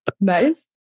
nice